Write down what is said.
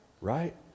right